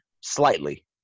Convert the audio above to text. slightly